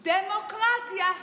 דמוקרטיה.